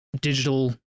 digital